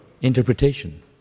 interpretation